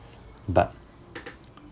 but